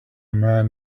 man